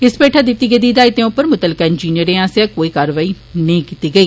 इस भैठा दित्ती गेदी हिदायतें उप्पर मुतलका इंजिनियर आस्सेआ कोई कार्यवाई नेईं कीती गेई